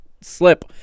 slip